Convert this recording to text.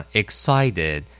excited